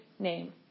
name